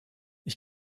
ich